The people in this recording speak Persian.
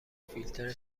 فیلتر